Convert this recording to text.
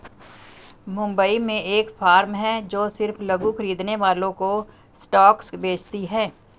मुंबई में एक फार्म है जो सिर्फ लघु खरीदने वालों को स्टॉक्स बेचती है